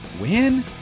win